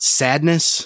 sadness